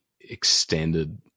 extended